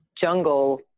jungle